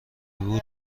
بود